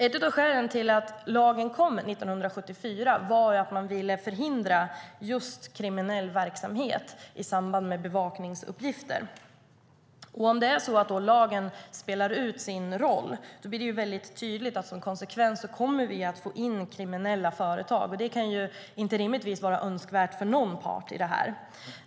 Ett av skälen till att lagen kom 1974 var just att man ville förhindra kriminell verksamhet i samband med bevakningsuppgifter. Om då lagen spelar ut sin roll blir det väldigt tydligt att vi som konsekvens kommer att få in kriminella företag. Det kan inte rimligtvis vara önskvärt för någon part i det här.